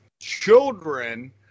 children